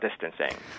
distancing